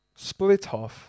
Splitoff